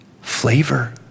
flavor